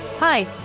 Hi